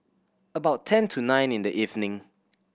about ten to nine in the evening